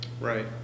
Right